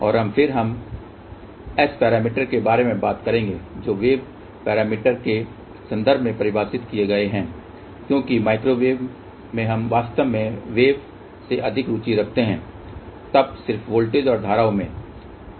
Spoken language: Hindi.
और फिर हम S पैरामीटर के बारे में बात करेंगे जो वेव पैरामीटर के संदर्भ में परिभाषित किए गए हैं क्योंकि माइक्रोवेव में हम वास्तव में वेव में अधिक रुचि रखते हैं तब सिर्फ वोल्टेज और धाराओं में